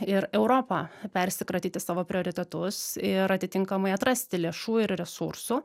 ir europą persikratyti savo prioritetus ir atitinkamai atrasti lėšų ir resursų